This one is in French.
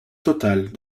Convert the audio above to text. totale